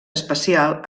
espacial